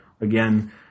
again